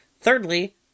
Thirdly